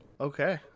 Okay